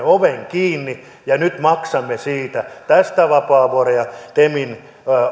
oven kiinni ja nyt maksamme siitä tästä vapaavuoren ja temin